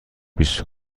بیست